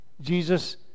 Jesus